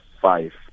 five